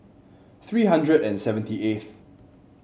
three hundred and seventy eighth